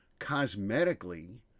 Cosmetically